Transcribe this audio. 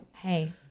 Hey